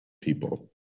people